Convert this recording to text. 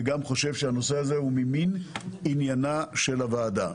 וגם חושב שהנושא הזה הוא ממין עניינה של הוועדה.